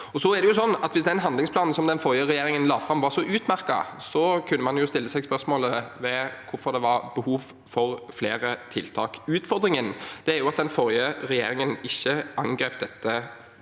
at den handlingsplanen som den forrige regjeringen la fram, var så utmerket, kunne man jo stille seg spørsmål om hvorfor det var behov for flere tiltak. Utfordringen er at den forrige regjeringen ikke angrep dette